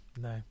no